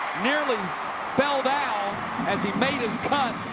nearly fell down as he made his cut.